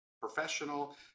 professional